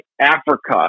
Africa